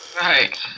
Right